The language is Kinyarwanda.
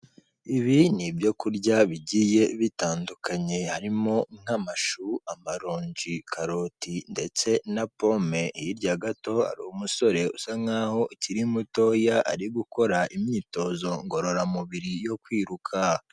Ibi ni ibyo kurya bigiye bitandukanye, harimo nk'amashu, amaronji, karoti ndetse na pome, hirya gato hari umusore usa nkaho ukiri mutoya ari gukora imyitozo ngororamubiri yo kwiruka.